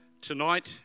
Tonight